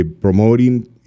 promoting